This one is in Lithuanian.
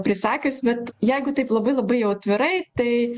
prisakius bet jeigu taip labai labai jau atvirai tai